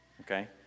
Okay